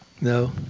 No